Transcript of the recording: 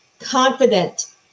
confident